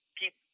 keep